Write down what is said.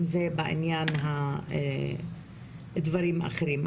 אם זה בעניין הדברים האחרים.